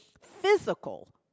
physical